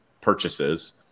purchases